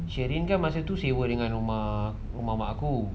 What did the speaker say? sheryn masa tu sewa dengan rumah mak aku